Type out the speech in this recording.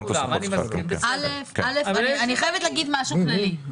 אני חייבת לומר משהו כללי.